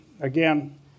again